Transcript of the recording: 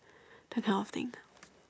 that kind of thing